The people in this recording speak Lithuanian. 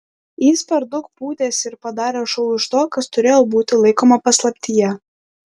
jis per daug pūtėsi ir padarė šou iš to kas turėjo būti laikoma paslaptyje